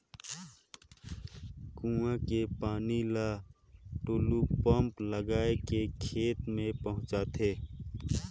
कुआं के पानी ल टूलू पंप लगाय के खेत में पहुँचाथे